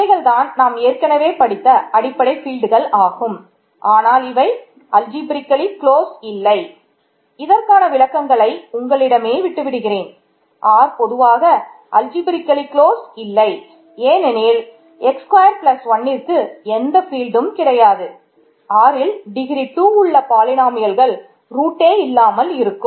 இவைகள் தான் நாம் ஏற்கனவே படித்த அடிப்படை ஃபீல்ட்கள் இருக்கும்